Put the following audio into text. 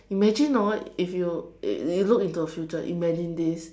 imagine orh if you you look into the future imagine this